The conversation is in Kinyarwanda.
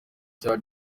cya